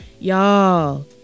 y'all